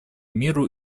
миру